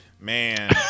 Man